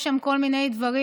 יש שם כל מיני דברים,